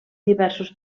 diversos